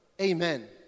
Amen